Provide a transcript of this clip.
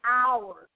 hours